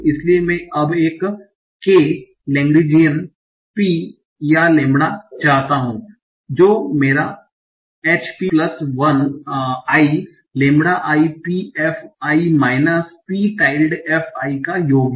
इसलिए मैं अब एक k लैग्रेन्जिन P या लैम्ब्डा चाहता हूं जो कि मेरा H P plus I lambda i P f i minus P tilde f i का योग है